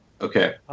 Okay